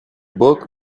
book